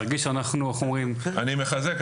להרגיש אנחנו איך אומרים- אני מחזק,